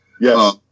Yes